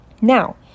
Now